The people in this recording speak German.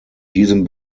diesem